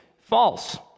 false